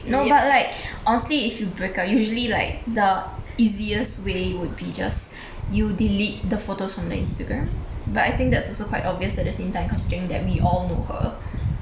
no but like honestly if you break up usually like the easiest way would be just you delete the photos on the Instagram but I think that's also quite obvious at the same time considering that we all know her